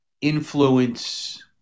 influence